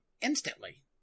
instantly